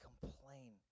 complain